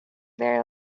there